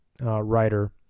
writer